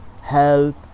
help